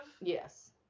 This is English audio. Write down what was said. Yes